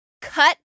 cut